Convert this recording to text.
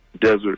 desert